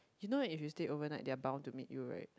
you know right if you stay overnight they are bound to meet you right